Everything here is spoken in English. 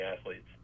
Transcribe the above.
athletes